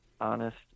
honest